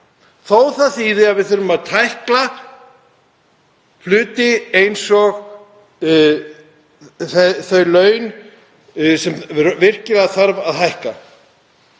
að það þýði að við þurfum að tækla hluti eins og þau laun sem virkilega þarf að hækka.